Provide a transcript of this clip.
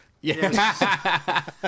Yes